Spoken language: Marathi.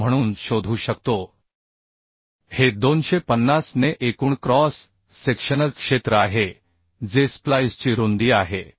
9 म्हणून शोधू शकतो हे 250 ने एकूण क्रॉस सेक्शनल क्षेत्र आहे जे स्प्लाइसची रुंदी आहे